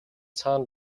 цаана